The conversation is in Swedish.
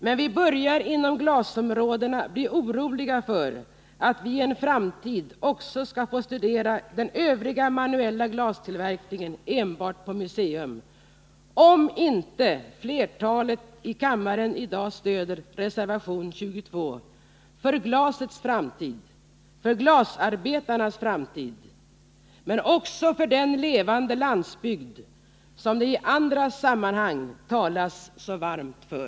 Men vi börjar inom glasbruksområdena bli oroliga för att vi i en framtid kommer att kunna studera också den övriga manuella glastillverkningen enbart på museum, om inte flertalet i dag stöder reservation 22 för glasets framtid, för glasarbetarnas framtid och även för den levande landsbygd som det i andra sammanhang talas så varmt för.